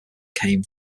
came